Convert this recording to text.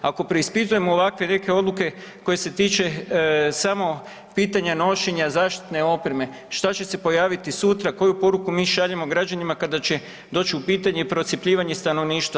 Ako preispitujemo ovakve neke odluke koje se tiče samo pitanja nošenja zaštitne opreme, šta će se pojaviti sutra, koju poruku mi šaljemo građanima kada će doći u pitanje procjepljivanje stanovništva.